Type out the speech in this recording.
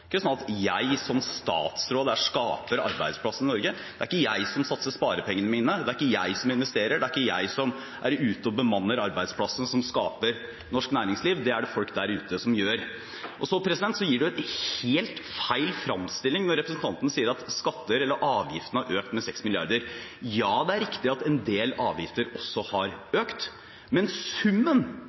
ikke slik at jeg som statsråd skaper arbeidsplassene i Norge. Det er ikke jeg som satser sparepengene mine. Det er ikke jeg som investerer. Det er ikke jeg som er ute og bemanner arbeidsplassene som skaper norsk næringsliv. Det er det folk der ute som gjør. Så gis det en helt feil framstilling når representanten sier at avgiftene har økt med 6 mrd. kr. Ja, det er riktig at en del avgifter også har økt, men summen